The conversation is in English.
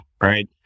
right